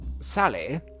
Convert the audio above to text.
Sally